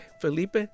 Felipe